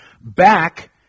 back